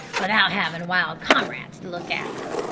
without havin' wild comrades to look after.